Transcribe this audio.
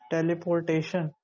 Teleportation